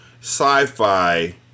sci-fi